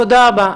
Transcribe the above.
תודה רבה.